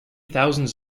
thousands